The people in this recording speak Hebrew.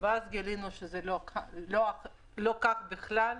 אבל אז גילינו שזה לא כך בכלל.